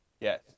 Yes